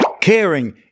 caring